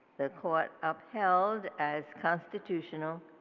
the court upheld as constitutional